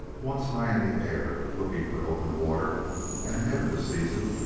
once, high in the air, looking for open water and ahead of the season,